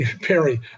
Perry